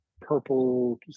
purple